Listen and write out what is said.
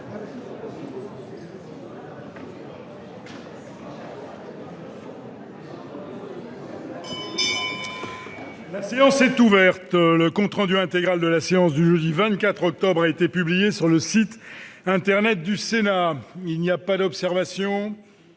La séance est ouverte. Le compte rendu intégral de la séance du jeudi 24 octobre 2019 a été publié sur le site internet du Sénat. Il n'y a pas d'observation